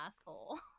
asshole